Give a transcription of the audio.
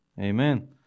Amen